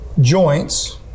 joints